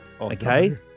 Okay